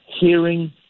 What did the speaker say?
hearing